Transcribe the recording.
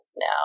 now